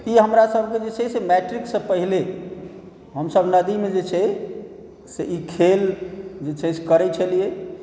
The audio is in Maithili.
ई हमरासबके जे छै से मैट्रिकसँ पहिने हमसब नदीमे जे छै से ई खेल जे छै से करै छलिए